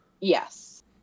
Yes